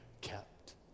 kept